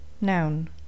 noun